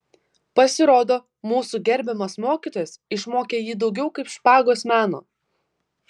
pasirodo mūsų gerbiamas mokytojas išmokė jį daugiau kaip špagos meno